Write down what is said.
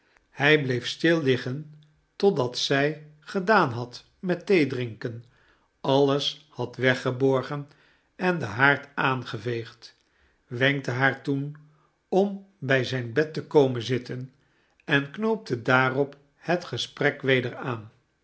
hij bleef stil liggen totdat zij gedaan had met theedrinken alles had weggeborgen en den haard aangeveegd wenkte haar toen om bij zijn bed te komen zitten en knoopte daarop het gesprek weder aan